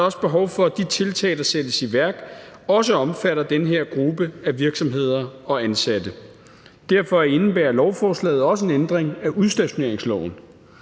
også behov for, at de tiltag, der sættes i værk, også omfatter den her gruppe af virksomheder og ansatte. Derfor indebærer lovforslaget også en ændring af udstationeringsloven.